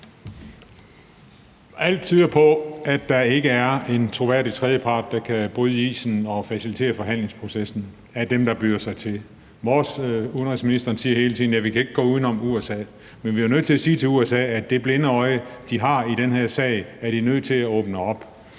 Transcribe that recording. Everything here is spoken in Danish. Alt tyder på, at der ikke blandt dem, der bliver sat til at facilitere forhandlingsprocessen, er en troværdig tredjepart, der kan bryde isen. Udenrigsministeren siger hele tiden, at vi ikke kan gå uden om USA. Men vi er nødt til at sige til USA, at det lukkede øje, de har i den her sag, er de nødt til at åbne,